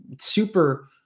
super